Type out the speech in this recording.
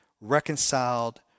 reconciled